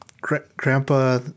grandpa